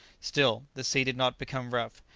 still, the sea did not become rough.